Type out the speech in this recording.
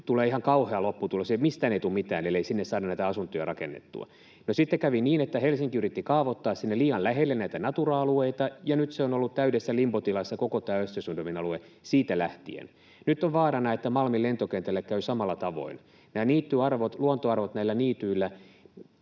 tulee ihan kauhea lopputulos, ja mistään ei tule mitään, ellei sinne saada näitä asuntoja rakennettua. No sitten kävi niin, että Helsinki yritti kaavoittaa sinne liian lähelle näitä Natura-alueita, ja nyt koko tämä Östersundomin alue on ollut täydessä limbotilassa siitä lähtien. Nyt on vaarana, että Malmin lentokentälle käy samalla tavoin. Nämä niittyarvot, luontoarvot näillä niityillä,